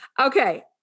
Okay